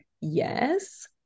yes